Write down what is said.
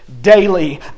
daily